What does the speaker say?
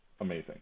amazing